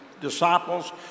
disciples